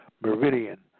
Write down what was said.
meridian